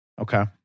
Okay